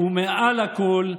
ומעל הכול: